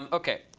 um ok,